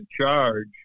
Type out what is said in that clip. charge